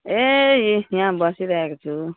ए यी यहाँ बसिराएको छु